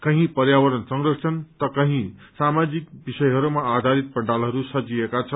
कही पर्यावरण संरक्षण समाजीक विषयहरूमा आधारित पण्डालहरू सजिएका छन्